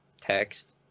text